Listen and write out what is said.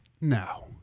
No